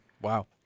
Wow